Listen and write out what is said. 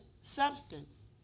substance